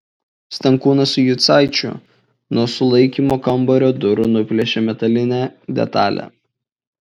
stankūnas su jucaičiu nuo sulaikymo kambario durų nuplėšė metalinę detalę